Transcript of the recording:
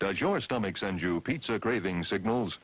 does your stomach send you pizza graving signals